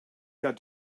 got